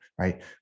Right